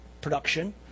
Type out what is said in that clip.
production